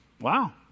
Wow